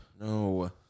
No